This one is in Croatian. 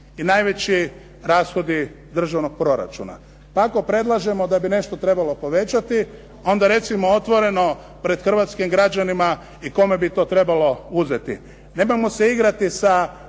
i najveći rashodi državnog proračuna. Ako predlažemo da bi nešto trebalo povećati, onda recimo otvoreno pred hrvatskim građanima i kome bi to trebalo uzeti. Nemojmo se igrati.